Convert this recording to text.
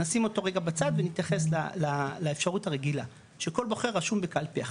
נשים אותו רגע בצד ונתייחס לאפשרות הרגילה שכל בוחר רשום בקלפי אחד,